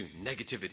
negativity